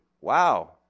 Wow